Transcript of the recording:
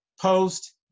post